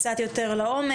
קצת יותר לעומק,